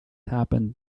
happened